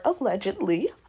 allegedly